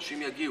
אנשים יגיעו.